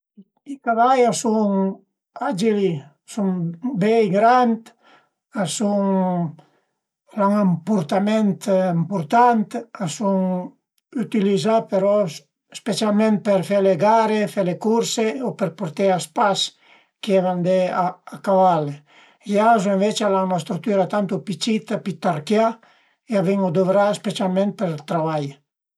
I cavai a sun agili, a sun bei grand, a sun, a l'an ën purtament ëmpurtant, a sun ütilizà però specialment për fe le gare, fe le curse o për purté a spa chi a völ andé a caval, i azu ënvecce al a 'na strütüra tantu pi cita, pi tarchià e a ven-u duvrà specialment për ël travai